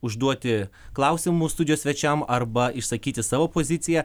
užduoti klausimų studijos svečiam arba išsakyti savo poziciją